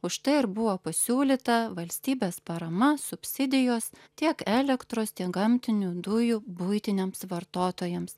už tai ir buvo pasiūlyta valstybės parama subsidijos tiek elektros tiek gamtinių dujų buitiniams vartotojams